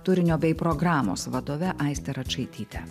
turinio bei programos vadove aiste račaityte